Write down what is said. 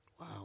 Wow